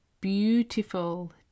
beautiful